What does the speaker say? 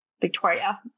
Victoria